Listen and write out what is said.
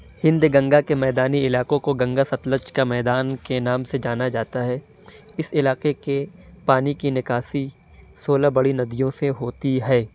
ہند گنگا کے میدانی علاقوں کو گنگا ستلج کا میدان کے نام سے جانا جاتا ہے اس علاقے کے پانی کی نکاسی سولہ بڑی ندیوں سے ہوتی ہے